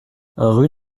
rue